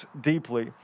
deeply